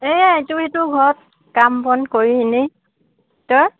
এইটো সেইটো ঘৰত কাম বন কৰি এনে